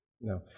No